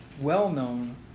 well-known